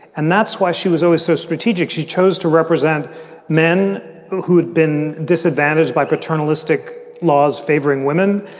and that's why she was always so strategic. she chose to represent men who who had been disadvantaged by paternalistic laws favoring women.